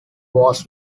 was